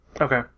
Okay